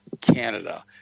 Canada